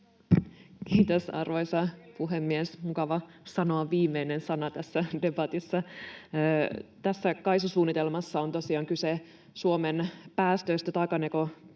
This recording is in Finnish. Kiitos, arvoisa puhemies! Mukava sanoa viimeinen sana tässä debatissa. — Tässä KAISU-suunnitelmassa on tosiaan kyse Suomen päästöistä,